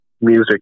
music